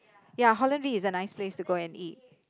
ya Holland-V is a nice place to go and eat